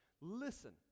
listen